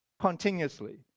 continuously